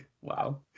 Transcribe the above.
Wow